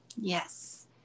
Yes